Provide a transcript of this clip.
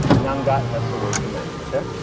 none got. that's the word from it. ok.